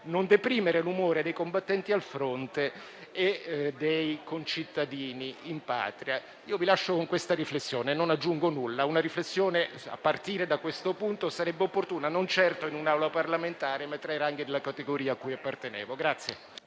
non deprimere l'umore dei combattenti al fronte e dei concittadini in Patria. Vi lascio con questa riflessione. Non aggiungo nulla. Una riflessione a partire da questo punto sarebbe opportuna, non certo in un'Assemblea parlamentare ma tra i ranghi della categoria cui appartenevo.